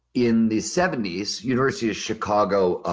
in the seventy s, university of chicago,